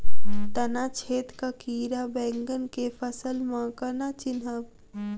तना छेदक कीड़ा बैंगन केँ फसल म केना चिनहब?